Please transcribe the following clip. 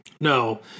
no